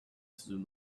through